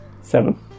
Seven